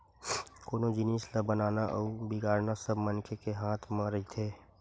कोनो जिनिस ल बनाना अउ बिगाड़ना सब मनखे के हाथ म रहिथे